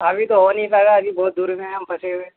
ابھی تو ہو نہیں پائے گا ابھی بہت دورمیں ہیں ہم پھنسے ہوئے